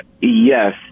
Yes